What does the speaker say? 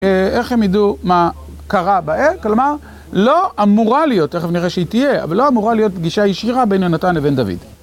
איך הם ידעו מה קרה בער? כלומר, לא אמורה להיות, תכף נראה שהיא תהיה, אבל לא אמורה להיות פגישה ישירה בין יונתן לבין דוד.